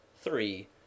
three